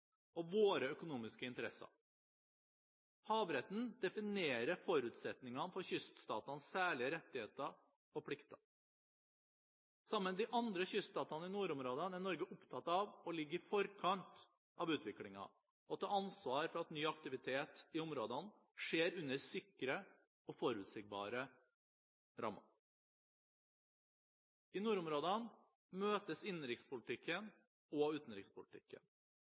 og våre økonomiske interesser. Havretten definerer forutsetningene for kyststatenes særlige rettigheter og plikter. Sammen med de andre kyststatene i nordområdene er Norge opptatt av å ligge i forkant av utviklingen og ta ansvar for at ny aktivitet i områdene skjer under sikre og forutsigbare rammer. I nordområdene møtes innenrikspolitikken og utenrikspolitikken.